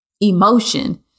emotion